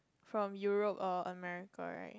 from Europe or America right